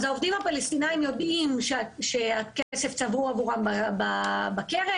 העובדים הפלסטינים יודעים שהכסף צבור עבורם בקרן.